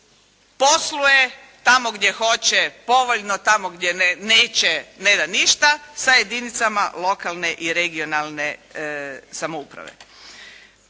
posluje tamo gdje hoće povoljno, tamo gdje neće neda ništa sa jedinicama lokalne i regionalne samouprave.